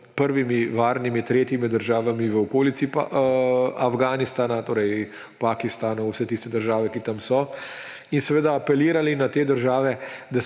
prvimi varnimi tretjimi državami v okolici Afganistana; torej Pakistana, vse tiste države, ki tam so. In seveda, apelirali smo na te države,